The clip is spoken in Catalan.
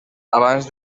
abans